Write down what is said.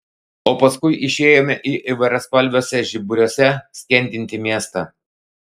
o paskui išėjome į įvairiaspalviuose žiburiuose skendintį miestą